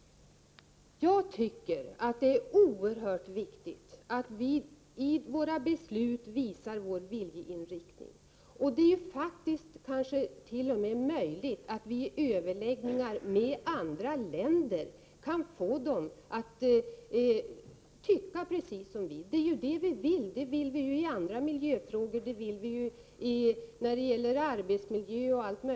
Jag menar att det är oerhört viktigt att vi i besluten visar vår viljeinriktning. Det är ju faktiskt möjligt att vid överläggningar med andra länder t.o.m. få dem att tycka precis som vi, och det är ju vad vi vill. Det gäller också i andra miljöfrågor, exempelvis i arbetsmiljöfrågor.